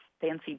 fancy